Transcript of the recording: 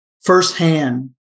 firsthand